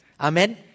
Amen